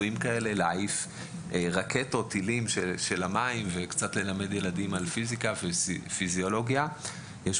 צלילה לעניין עריכת צלילת היכרות ודרכי פעולתם בהתאם